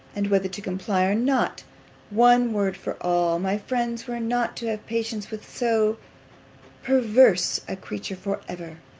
and whether to comply or not one word for all my friends were not to have patience with so perverse a creature for ever.